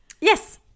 Yes